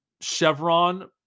Chevron